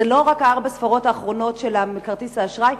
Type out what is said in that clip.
זה לא רק ארבע הספרות האחרונות של כרטיס האשראי,